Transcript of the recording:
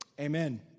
Amen